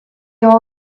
all